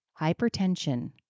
hypertension